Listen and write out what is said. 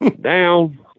down